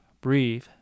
Breathe